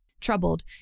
Troubled